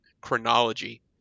chronology